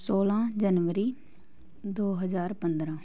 ਸੌਲਾਂ ਜਨਵਰੀ ਦੋ ਹਜ਼ਾਰ ਪੰਦਰਾਂ